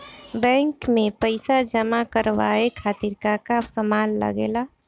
Bank में पईसा जमा करवाये खातिर का का सामान लगेला?